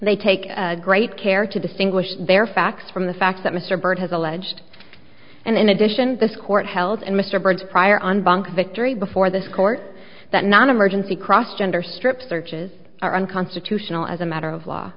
they take great care to distinguish their facts from the facts that mr byrd has alleged and in addition this court held and mr bird's prior on bank victory before this court that non emergency cross gender strip searches are unconstitutional as a matter of law